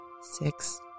six